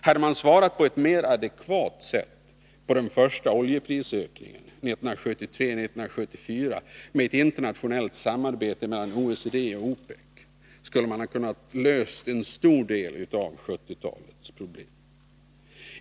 Hade man svarat på ett mera adekvat sätt på den första oljeprisökningen 1973-1974 med ett internationellt samarbete mellan OECD och OPEC, skulle man ha kunnat lösa ett stor del av 1970-talets problem.